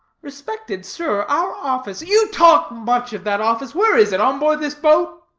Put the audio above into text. respected sir, our office you talk much of that office. where is it? on board this boat?